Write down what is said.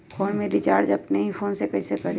Phone में recharge अपने ही फ़ोन से कईसे करी?